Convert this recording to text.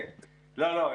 לא, לא.